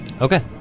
okay